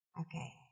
Okay